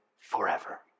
forever